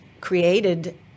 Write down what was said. created